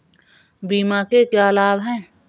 बीमा के क्या लाभ हैं?